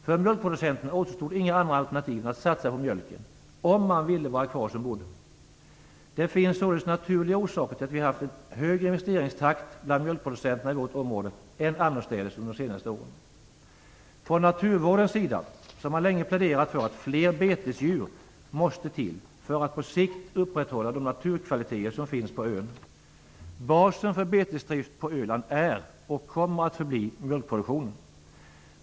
För mjölkproducenterna återstod inga andra alternativ än att satsa på mjölken om de ville vara kvar som bonde. Det finns således naturliga orsaker till att vi har haft en högre investeringstakt bland mjölkproducenterna i vårt område än annorstädes under de senaste åren. Från naturvårdens sida har man länge pläderat för att fler betesdjur måste till för att på sikt upprätthålla de naturkvaliteter som finns på ön. Basen för betesdrift på Öland är och kommer att förbli mjölkproduktionen.